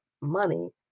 money